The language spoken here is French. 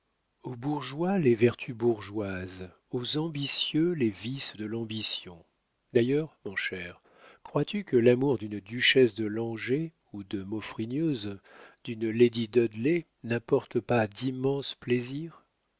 aux bourgeois les vertus bourgeoises aux ambitieux les vices de l'ambition d'ailleurs mon cher crois-tu que l'amour d'une duchesse de langeais ou de maufrigneuse d'une lady dudley n'apporte pas d'immenses plaisirs